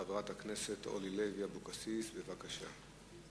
חברת הכנסת אורלי לוי אבקסיס, בבקשה.